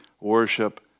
worship